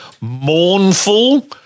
mournful